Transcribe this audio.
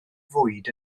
fwyd